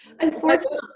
Unfortunately